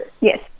yes